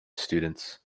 students